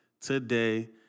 today